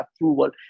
approval